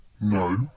No